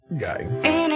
guy